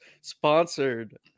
Sponsored